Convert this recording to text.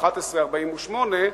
1148,